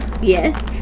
Yes